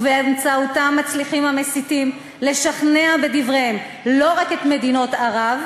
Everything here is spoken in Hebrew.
ובאמצעותם המסיתים מצליחים לשכנע בדבריהם לא רק את מדינות ערב,